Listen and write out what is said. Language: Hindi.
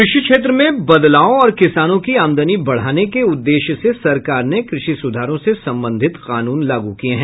कृषि क्षेत्र में बदलाव और किसानों की आमदनी बढ़ाने के उद्देश्य से सरकार ने कृषि सुधारों से संबंधित कानून लागू किये हैं